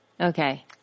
okay